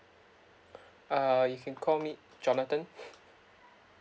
uh you can call me jonathan